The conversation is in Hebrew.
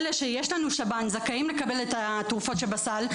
אלה שיש לנו שב"ן זכאים לקבל את התרופות שבסל,